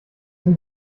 sind